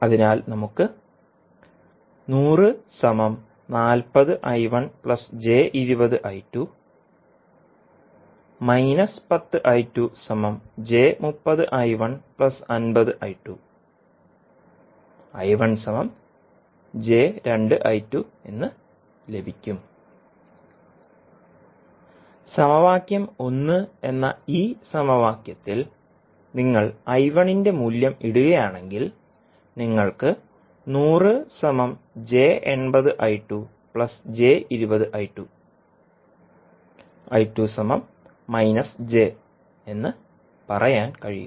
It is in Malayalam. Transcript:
അതിനാൽ നമുക്ക് എന്ന് ലഭിക്കും സമവാക്യം 1 എന്ന ഈ സമവാക്യത്തിൽ നിങ്ങൾ I1ന്റെ മൂല്യം ഇടുകയാണെങ്കിൽ നിങ്ങൾക്ക് എന്ന് പറയാൻ കഴിയും